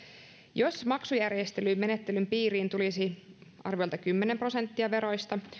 jos maksujärjestelymenettelyn piiriin tulisi arviolta kymmenen prosenttia veroista